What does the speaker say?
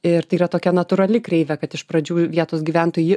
ir tai yra tokia natūrali kreivė kad iš pradžių vietos gyventojai